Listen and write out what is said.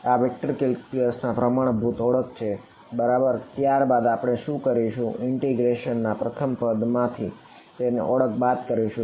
આ vector calculus ના પ્રથમ પદ માંથી આ ઓળખ ને બાદ કરીશું